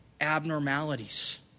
abnormalities